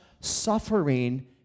suffering